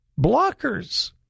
blockers